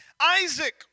Isaac